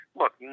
look